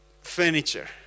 furniture